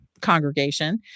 congregation